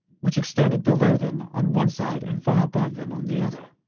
which extended below them on one side and far above them on the other.